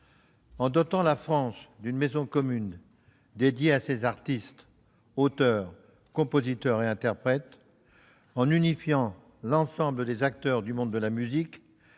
En dotant la France d'une maison commune dédiée à ses artistes, auteurs, compositeurs et interprètes, en unifiant l'ensemble des acteurs du monde de la musique,